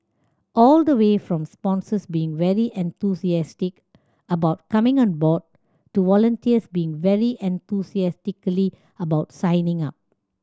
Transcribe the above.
all the way from sponsors being very enthusiastic about coming on board to volunteers being very enthusiastically about signing up